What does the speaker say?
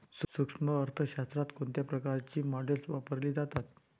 सूक्ष्म अर्थशास्त्रात कोणत्या प्रकारची मॉडेल्स वापरली जातात?